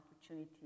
opportunity